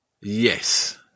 Yes